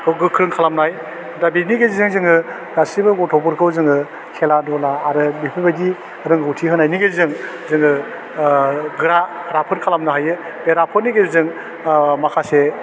खौ गोख्रों खालामनाय दा बेनि गेजेरजों जोङो गासैबो गथ'फोरखौ जोङो खेला दुला आरो बेफोरबायदि रोंगथि होनायनि गेजेरजों जोङो गोरा राफोद खालामनो हायो बे राफोदनि गेजेरजों माखासे